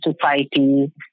society